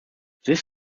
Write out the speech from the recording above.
this